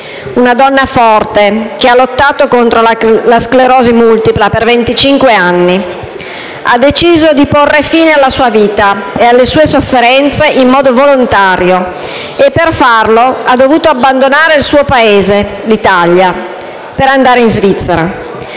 una donna forte che ha lottato contro la sclerosi multipla per venticinque anni. La signora Susanna ha deciso di porre fine alla sua vita e alle sue sofferenze in modo volontario e per farlo ha dovuto abbandonare il suo Paese, l'Italia, per andare in Svizzera.